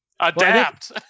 adapt